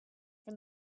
from